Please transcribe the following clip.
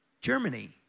Germany